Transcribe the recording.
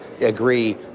agree